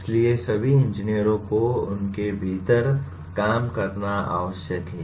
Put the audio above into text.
इसलिए सभी इंजीनियरों को उनके भीतर काम करना आवश्यक है